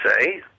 say